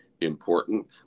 important